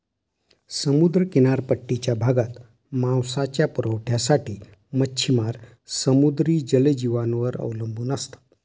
समुद्र किनारपट्टीच्या भागात मांसाच्या पुरवठ्यासाठी मच्छिमार समुद्री जलजीवांवर अवलंबून असतात